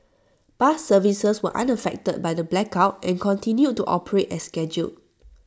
bus services were unaffected by the blackout and continued to operate as scheduled